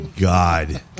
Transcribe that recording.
god